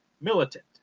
militant